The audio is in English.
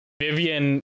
Vivian